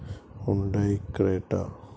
Hyundai Creta